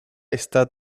está